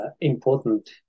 important